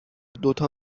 دوتا